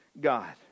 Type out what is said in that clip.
God